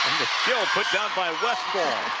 still put down by westphal. or